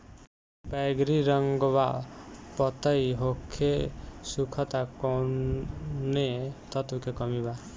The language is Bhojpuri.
बैगरी रंगवा पतयी होके सुखता कौवने तत्व के कमी बा?